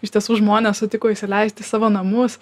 iš tiesų žmonės sutiko įsileisti į savo namus